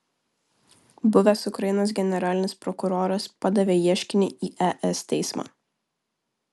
buvęs ukrainos generalinis prokuroras padavė ieškinį į es teismą